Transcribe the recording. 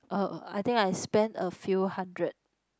uh I think I spend a few hundred